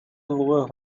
وقوع